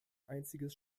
einziges